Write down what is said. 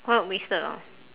quite wasted orh